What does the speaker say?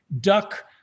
duck